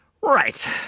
Right